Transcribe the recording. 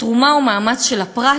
תרומה ומאמץ של הפרט,